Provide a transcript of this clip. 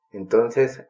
entonces